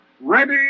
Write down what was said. ready